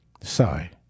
sorry